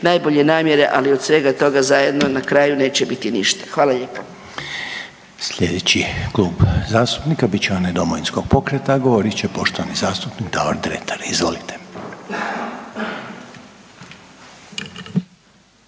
najbolje namjere, ali od svega toga zajedno na kraju neće biti ništa. Hvala lijepo.